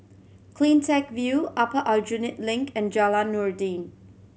Cleantech View Upper Aljunied Link and Jalan Noordin